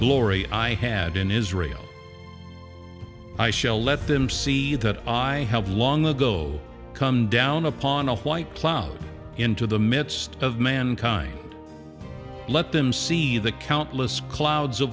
glory i had in israel i shall let them see that i have long ago come down upon a white cloud into the midst of mankind let them see the countless clouds